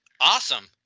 awesome